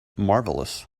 marvelous